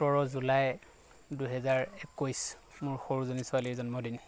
সোতৰ জুলাই দুহেজাৰ একৈছ মোৰ সৰু জনী ছোৱালীৰ জন্মদিন